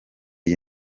iyi